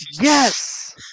Yes